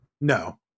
No